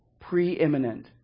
Preeminent